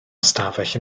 ystafell